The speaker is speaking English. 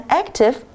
active 。